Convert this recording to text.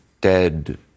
dead